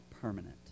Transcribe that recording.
permanent